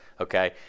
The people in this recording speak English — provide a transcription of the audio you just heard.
okay